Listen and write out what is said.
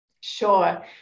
Sure